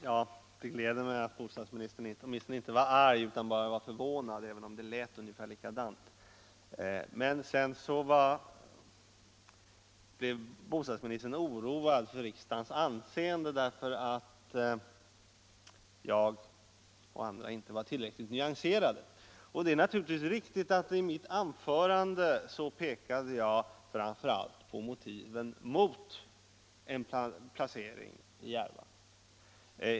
Herr talman! Det gläder mig att bostadsministern åtminstone inte var arg utan bara förvånad — även om det lät ungefär likadant. Men sedan blev bostadsministern orolig för riksdagens anseende därför att jag och andra talare inte varit tillräckligt nyanserade i våra anföranden. Det är riktigt att jag i mitt anförande pekade framför allt på motiven mot en placering i Järva.